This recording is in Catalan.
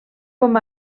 com